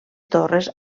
torres